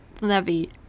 Levy